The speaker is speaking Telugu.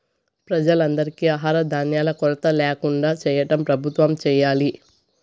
ప్రజలందరికీ ఆహార ధాన్యాల కొరత ల్యాకుండా చేయటం ప్రభుత్వం చేయాలి